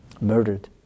murdered